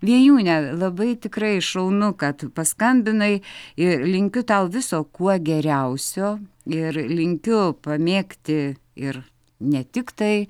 vėjūne labai tikrai šaunu kad paskambinai ir linkiu tau viso kuo geriausio ir linkiu pamėgti ir ne tik tai